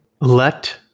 let